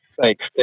Thanks